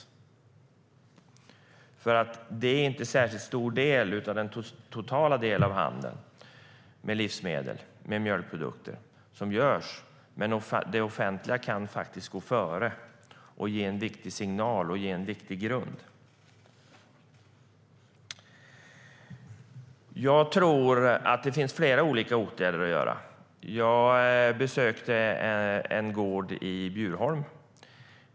Mjölkprodukterna utgör inte en särskilt stor andel av den totala handeln med livsmedel, men det offentliga kan gå före, ge en tydlig signal och utgöra en viktig grund. Jag tror att det finns flera olika åtgärder som kan vidtas. Jag besökte en gård i Bjurholm.